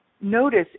notice